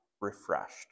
refreshed